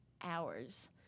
hours